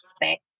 respect